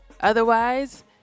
Otherwise